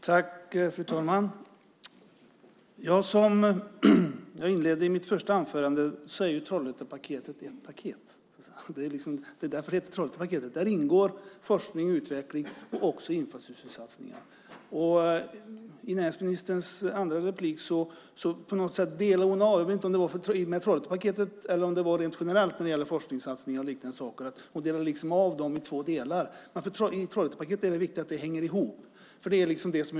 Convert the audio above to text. Fru talman! Som jag sade i mitt första inlägg är Trollhättepaketet just ett paket. Det är därför det heter så. Där ingår forskning och utveckling och även infrastruktursatsningar. I näringsministerns andra inlägg delade hon på något sätt av det i två delar; jag vet inte om det gällde Trollhättepaketet eller forskningssatsningar och liknande rent generellt. Det är viktigt att Trollhättepaketet hänger ihop.